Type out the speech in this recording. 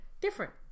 different